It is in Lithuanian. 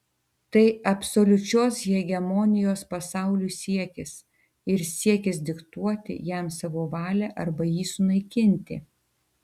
tai absoliučios hegemonijos pasauliui siekis ir siekis diktuoti jam savo valią arba jį sunaikinti